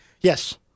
Yes